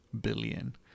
billion